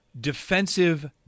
defensive